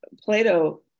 Plato